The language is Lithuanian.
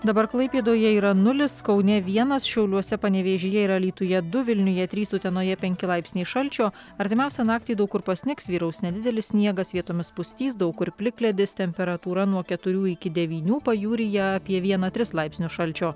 dabar klaipėdoje yra nulis kaune vienas šiauliuose panevėžyje ir alytuje du vilniuje trys utenoje penki laipsniai šalčio artimiausią naktį daug kur pasnigs vyraus nedidelis sniegas vietomis pustys daug kur plikledis temperatūra nuo keturių iki devynių pajūryje apie vieną tris laipsnius šalčio